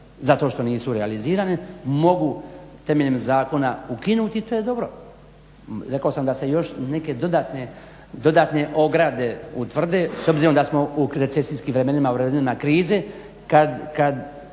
zato što nisu realizirane mogu temeljem zakona ukinuti i to je dobro. Rekao sam da se još neke dodatne ograde utvrde s obzirom da smo u recesijskim vremenima, u vremenima krize